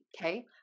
okay